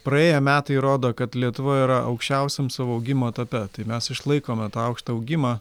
praėję metai rodo kad lietuva yra aukščiausiam savo augimo etape tai mes išlaikome aukštą augimą